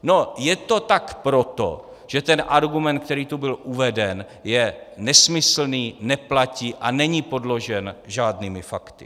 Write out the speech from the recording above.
No, je to tak proto, že ten argument, který tu byl uveden, je nesmyslný, neplatí a není podložen žádnými fakty.